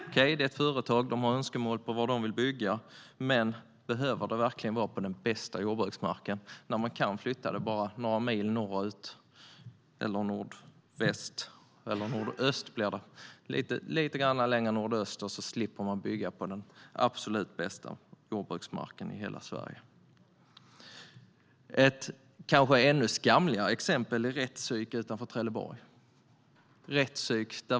Okej, det är ett företag och de har önskemål om var de vill bygga, men behöver det verkligen vara på den absolut bästa jordbruksmarken i hela Sverige när man kan flytta det bara några mil åt nordost? Ett kanske ännu skamligare exempel är rättspsyk utanför Trelleborg.